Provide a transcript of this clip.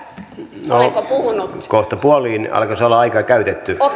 kohtapuolin alkaisi olla aika käytetty